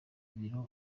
biro